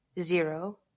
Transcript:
zero